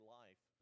life